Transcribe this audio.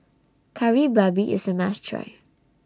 Kari Babi IS A must Try